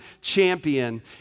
Champion